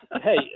Hey